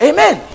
Amen